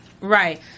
right